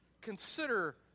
consider